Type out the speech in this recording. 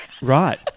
Right